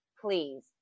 please